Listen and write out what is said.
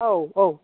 औ औ